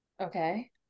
Okay